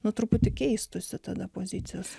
nuo truputį keistųsi tada pozicijos